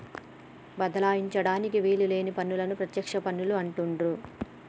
బదలాయించడానికి వీలు లేని పన్నులను ప్రత్యక్ష పన్నులు అని అంటుండ్రు